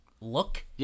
look